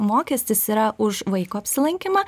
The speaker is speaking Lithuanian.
mokestis yra už vaiko apsilankymą